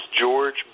George